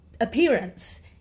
appearance